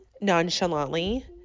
nonchalantly